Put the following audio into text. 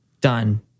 Done